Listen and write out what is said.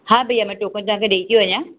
हा भईया मां टोकन तव्हांखे ॾेई था वञां